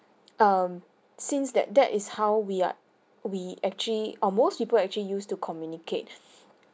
um since that that is how we are we actually or most people actually use to communicate